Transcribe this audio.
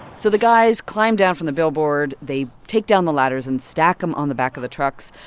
so the guys climb down from the billboard. they take down the ladders and stack them on the back of the trucks.